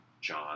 John